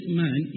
man